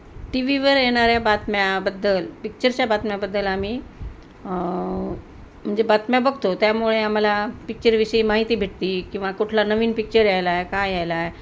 T व्हीवर येणाऱ्या बातम्याबद्दल पिक्चरच्या बातम्याबद्दल आम्ही म्हणजे बातम्या बघतो त्यामुळे आम्हाला पिक्चरविषयी माहिती भेटते किंवा कुठला नवीन पिक्चर यायला आहे काय यायला आहे